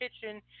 Kitchen